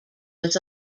was